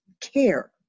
care